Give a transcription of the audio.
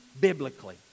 biblically